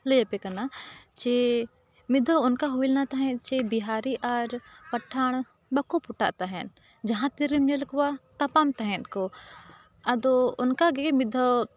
ᱞᱟᱹᱭᱟᱯᱮ ᱠᱟᱱᱟ ᱡᱮ ᱢᱤᱫ ᱫᱷᱟᱣ ᱚᱱᱠᱟ ᱦᱩᱭ ᱞᱮᱱᱟ ᱛᱟᱦᱮᱸᱫ ᱪᱮ ᱵᱤᱦᱟᱨᱤ ᱟᱨ ᱯᱟᱴᱷᱟᱲ ᱵᱟᱠᱚ ᱯᱚᱴᱟᱜ ᱛᱟᱦᱮᱸᱫ ᱡᱟᱦᱟᱸ ᱛᱤᱨᱮᱢ ᱧᱮᱞ ᱠᱚᱣᱟ ᱛᱟᱯᱟᱢ ᱛᱟᱦᱮᱸᱫ ᱠᱚ ᱟᱫᱚ ᱚᱱᱠᱟ ᱜᱮ ᱢᱤᱫ ᱫᱷᱟᱣ